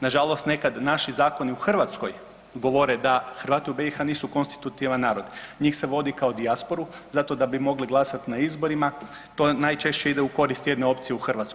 Nažalost, nekad naši zakoni u Hrvatskoj govore da Hrvati u BiH nisu konstitutivan narod, njih se vodi kao dijasporu zato da bi mogli glasati na izborima, to najčešće ide u korist jedne opcije u Hrvatskoj.